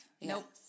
Nope